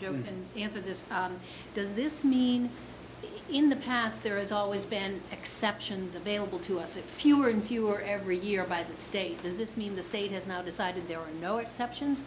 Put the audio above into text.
him answer this does this mean in the past there has always been exceptions available to us if fewer and fewer every year by the state does this mean the state has now decided there are no exceptions